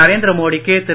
நரேந்திர மோடிக்கு திரு